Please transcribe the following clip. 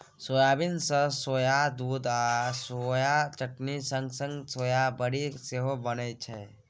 soybean सँ soya दुध आ सोया चटनी संग संग सोया बरी सेहो बनै छै